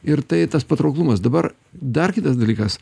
ir tai tas patrauklumas dabar dar kitas dalykas